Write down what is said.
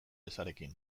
ezarekin